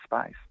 space